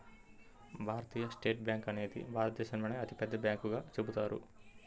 భారతీయ State Bank అనేది భారతదేశంలోనే అతిపెద్ద బ్యాంకుగా చెబుతారు